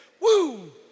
Woo